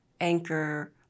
Anchor